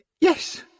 Yes